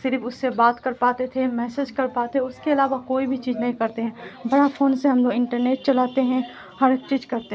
صرف اس سے بات کر پاتے تھے میسج کر پاتے تھے اس کے علاوہ کوئی بھی چیز نہیں کرتے ہیں بڑا فون سے ہم لوگ انٹرنیٹ چلاتے ہیں ہر ایک چیز کرتے ہیں